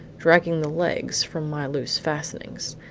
dragging the legs from my loose fastenings.